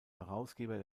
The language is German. herausgeber